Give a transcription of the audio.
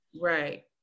right